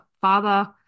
father